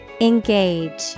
Engage